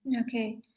Okay